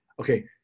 Okay